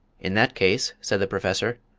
in that case, said the professor,